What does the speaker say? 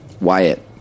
Wyatt